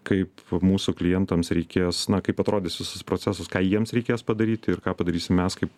kaip mūsų klientams reikės na kaip atrodys visas procesas ką jiems reikės padaryti ir ką padarysim mes kaip